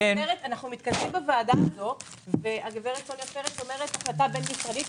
אנחנו מתכנסים בוועדה הזו והגברת ממשרד החינוך אומרת החלטה בין-משרדית.